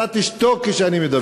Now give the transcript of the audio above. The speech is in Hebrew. אתה תשתוק כשאני מדבר.